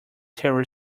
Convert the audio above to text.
terror